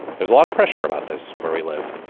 there's a lot of pressure about this where we live.